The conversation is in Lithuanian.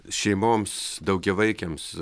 šeimoms daugiavaikėms